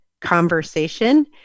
conversation